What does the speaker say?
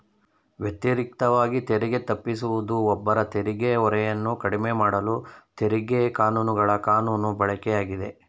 ವ್ಯತಿರಿಕ್ತವಾಗಿ ತೆರಿಗೆ ತಪ್ಪಿಸುವುದು ಒಬ್ಬರ ತೆರಿಗೆ ಹೊರೆಯನ್ನ ಕಡಿಮೆಮಾಡಲು ತೆರಿಗೆ ಕಾನೂನುಗಳ ಕಾನೂನು ಬಳಕೆಯಾಗಿದೆ